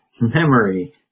memory